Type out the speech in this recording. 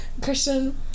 Christian